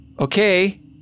Okay